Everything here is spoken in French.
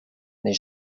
n’est